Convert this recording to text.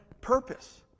purpose